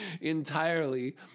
entirely